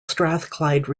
strathclyde